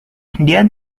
dia